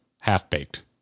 half-baked